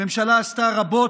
הממשלה עשתה רבות,